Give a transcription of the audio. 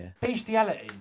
Bestiality